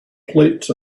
plates